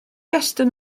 estyn